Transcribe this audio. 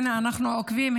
הינה אנחנו עוקבים,